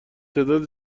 تعداد